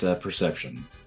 perception